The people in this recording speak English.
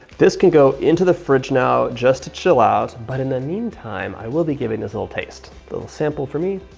this can go into the fridge now, just to chill out. but in the meantime, i will be giving this a little taste. little sample for me.